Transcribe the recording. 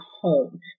home